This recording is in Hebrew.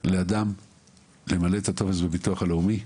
לאדם למלא את הטופס בביטוח הלאומי,